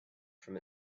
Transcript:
from